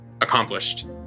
accomplished